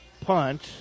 punt